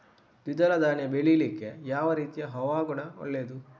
ದ್ವಿದಳ ಧಾನ್ಯ ಬೆಳೀಲಿಕ್ಕೆ ಯಾವ ರೀತಿಯ ಹವಾಗುಣ ಒಳ್ಳೆದು?